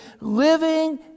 living